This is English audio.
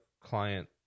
client